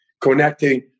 connecting